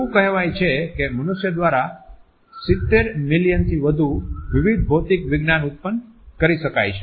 એવું કહેવાય છે કે મનુષ્ય દ્વારા 70 મિલિયનથી વધુ વિવિધ ભૌતિક વિજ્ઞાન ઉત્પન્ન કરી શકાય છે